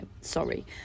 sorry